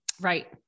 Right